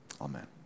Amen